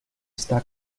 está